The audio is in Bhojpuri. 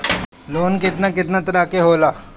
लोन केतना केतना तरह के होला?